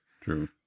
True